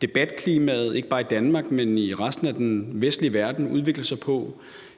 debatklimaet, ikke bare i Danmark, men i resten af den vestlige verden, udvikler sig på,